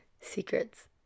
secrets